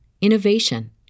innovation